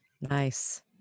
Nice